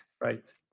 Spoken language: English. Right